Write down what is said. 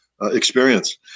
experience